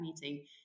meeting